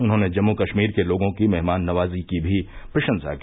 उन्होंने जम्मू कश्मीर के लोगों की मेहमान नवाजी की भी प्रशंसा की